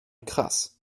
krass